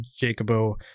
Jacobo